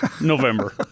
November